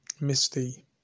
Misty